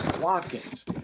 Watkins